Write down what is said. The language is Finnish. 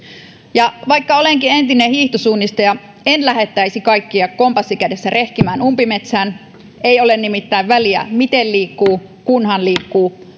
ja vaikka olenkin entinen hiihtosuunnistaja en lähettäisi kaikkia kompassi kädessä rehkimään umpimetsään ei ole nimittäin väliä miten liikkuu kunhan liikkuu